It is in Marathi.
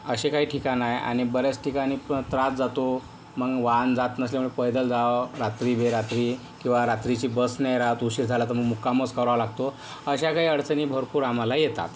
अशी काही ठिकाणं आहे आणि बऱ्याच ठिकाणी पण त्रास जातो म्हणून वाहन जात नसल्यामुळे पैदल जावं रात्रीबेरात्री किंवा रात्रीची बस नाही राहत उशीर झाला तर मग मुक्कामच करावा लागतो अशा काही अडचणी भरपूर आम्हाला येतात